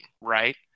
right